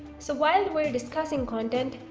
so while we're discussing content.